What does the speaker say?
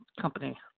company